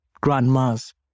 grandma's